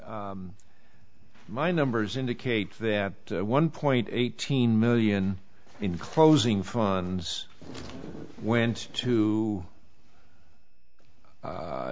my numbers indicate that one point eighteen million in closing funds went to